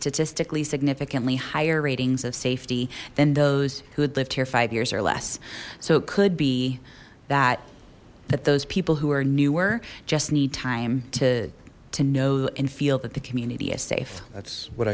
statistically significantly higher ratings of safety than those who had lived here five years or less so it could be that that those people who are newer just need time to to know and feel that the community is safe that's what